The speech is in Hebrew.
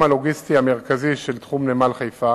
המרחב המטרופוליני של חיפה